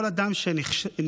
וכל אדם שנחשף